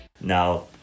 Now